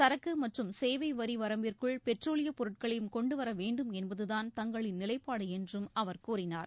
சரக்கு மற்றும் சேவை வரி வரம்பிற்குள் பெட்ரோலியப் பொருட்களையும் கொண்டு வர வேண்டும் என்பதுதான் தங்களின் நிலைப்பாடு என்றும் அவர் கூறினார்